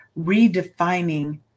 redefining